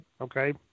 Okay